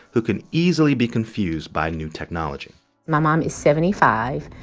who can easily be confused by new technology my mom is seventy five.